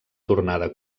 tornada